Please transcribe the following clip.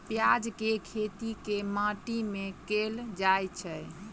प्याज केँ खेती केँ माटि मे कैल जाएँ छैय?